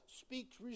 speaks